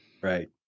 Right